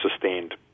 sustained